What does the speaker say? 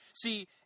See